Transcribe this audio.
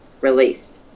released